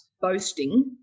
boasting